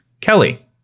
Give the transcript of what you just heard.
Kelly